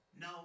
No